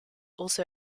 also